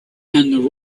and